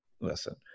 listen